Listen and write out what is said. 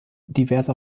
diverser